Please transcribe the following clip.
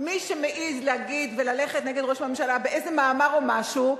מי שמעז להגיד וללכת נגד ראש הממשלה באיזה מאמר או משהו,